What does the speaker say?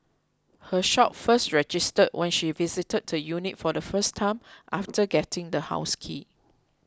her shock first registered when she visited the unit for the first time after getting the house key